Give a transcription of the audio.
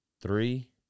three